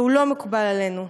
והוא לא מקובל עלינו.